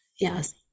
Yes